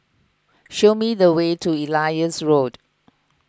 show me the way to Elias Road